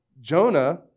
Jonah